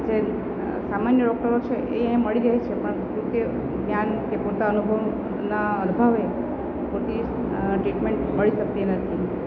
જે સામાન્ય ડૉક્ટરો છે એ અહીં મળી રહે છે પરંતુ તે જ્ઞાન કે પોતાનો અનુભવના અભાવે મોટી ટ્રીટમેન્ટ મળી શકતી નથી